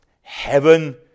Heaven